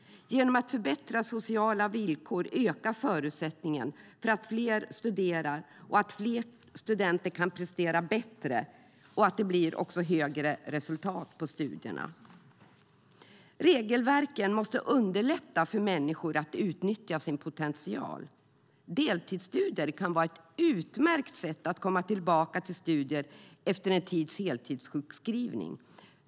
Genom att förbättra sociala villkor ökar förutsättningarna för fler att studera, prestera bättre och nå högre resultat. Regelverken måste underlätta för människor att utnyttja sin potential. Deltidsstudier kan vara ett utmärkt sätt att komma tillbaka till studier efter en tids heltidssjukskrivning.